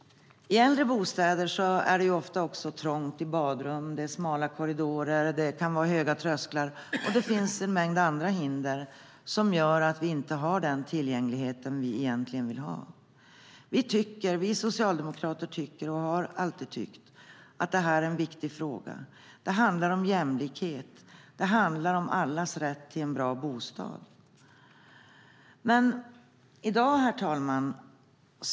I äldre bostäder är det ofta trånga badrum och smala korridorer. Det kan vara höga trösklar och en mängd andra hinder som gör att bostäderna inte har den tillgänglighet vi vill att de ska ha. Vi socialdemokrater tycker och har alltid tyckt att detta är en viktig fråga. Det handlar om jämlikhet. Det handlar om allas rätt till en bra bostad. Herr talman!